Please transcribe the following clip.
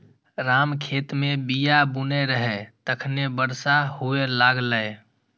राम खेत मे बीया बुनै रहै, तखने बरसा हुअय लागलै